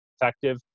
effective